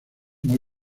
muy